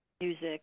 music